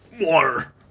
water